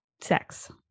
sex